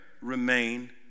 remain